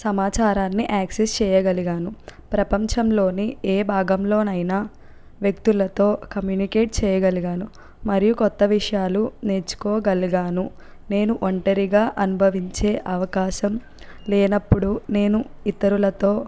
సమాచారాన్ని యాక్సిస్ చేయగలిగాను ప్రపంచంలోనే ఏ భాగంలోనైనా వ్యక్తులతో కమ్యూనికేట్ చేయగలిగాను మరియు కొత్త విషయాలు నేర్చుకో గలిగాను నేను ఒంటరిగా అనుభవించే అవకాశం లేనప్పుడు నేను ఇతరులతో